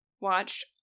watched